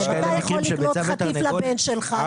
אתה יכול לקנות חטיף לבן שלך,